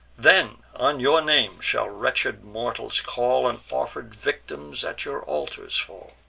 then on your name shall wretched mortals call, and offer'd victims at your altars fall.